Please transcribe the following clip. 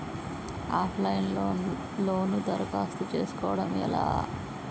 Of line లో loan దరఖాస్తు చేసుకోవడం ఎలా?